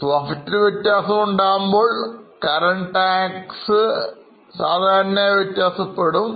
Profit ൽവ്യത്യാസം ഉണ്ടാവുമ്പോൾCurrent tax വ്യത്യാസമുണ്ടാവും